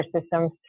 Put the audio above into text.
systems